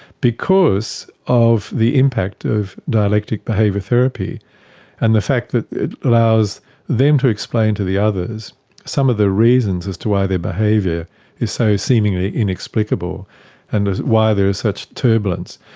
because of the impact of dialectic behaviour therapy and the fact that it allows them to explain to the others some of the reasons as to why their behaviour is so seemingly inexplicable and why there is such turbulence,